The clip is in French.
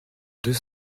deux